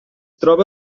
troba